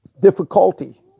difficulty